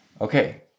okay